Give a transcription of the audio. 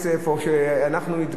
או שאנחנו מתגאים,